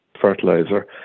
fertilizer